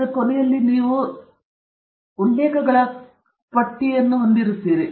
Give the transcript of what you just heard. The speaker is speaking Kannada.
ಕಾಗದದ ಕೊನೆಯಲ್ಲಿ ಕಾಗದದ ಹಿಂಭಾಗದಲ್ಲಿ ನೀವು ಉಲ್ಲೇಖಗಳ ಪಟ್ಟಿಯನ್ನು ಹೊಂದಿರುತ್ತದೆ